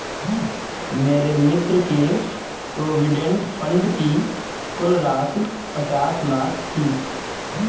मेरे मित्र के प्रोविडेंट फण्ड की कुल राशि पचास लाख थी